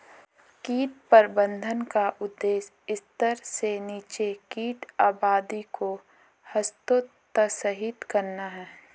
कीट प्रबंधन का उद्देश्य स्तर से नीचे कीट आबादी को हतोत्साहित करना है